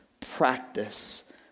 practice